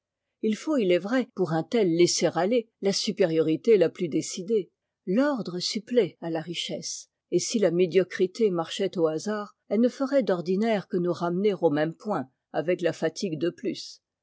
il faut il est vrai pour un tel laisser aller la supériorité la plus décidée l'ordre supplée à la richesse et si la médiocrité marchait au hasard elle ne ferait d'ordinaire que nous ramener au même point avec la fatigue dé plus